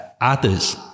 Others